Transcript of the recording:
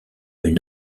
une